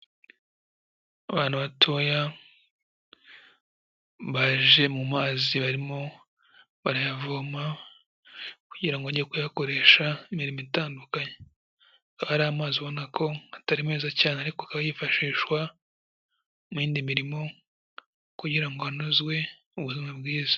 Abana batoya baje mu mazi barimo barayavoma kugira ngo bajye kuyakoresha imirimo itandukanye, akaba ari amazi ubona ko atari meza cyane, ariko akaba yifashishwa mu yindi mirimo kugira ngo hanozwe ubuzima bwiza.